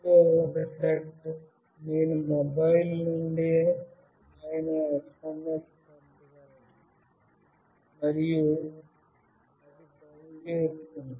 అందులో ఒక సెట్ నేను మొబైల్ నుండి అయినా SMS పంపగలను మరియు అది పని చేస్తుంది